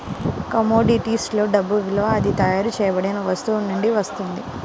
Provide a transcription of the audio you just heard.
కమోడిటీస్లో డబ్బు విలువ అది తయారు చేయబడిన వస్తువు నుండి వస్తుంది